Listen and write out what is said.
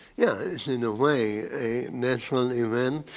yeah it's in a way a natural event,